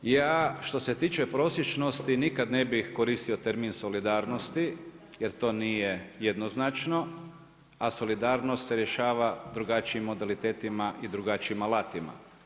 Ja što se tiče prosječnosti nikad ne bih koristio termin solidarnosti jer to nije jednoznačno, a solidarnost se rješava drugačijim modalitetima i drugačijim alatima.